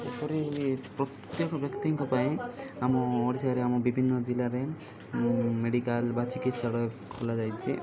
ଏପରି ପ୍ରତ୍ୟେକ ବ୍ୟକ୍ତିଙ୍କ ପାଇଁ ଆମ ଓଡ଼ିଶାରେ ଆମ ବିଭିନ୍ନ ଜିଲ୍ଲାରେ ମେଡ଼ିକାଲ ବା ଚିକିତ୍ସାଳୟ ଖୋଲାଯାଇଛି